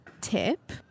tip